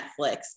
Netflix